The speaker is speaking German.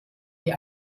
die